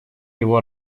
его